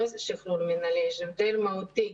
לא שחרור מינהלי ויש הבדל מהותי.